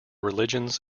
religions